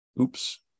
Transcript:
oops